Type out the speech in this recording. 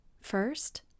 First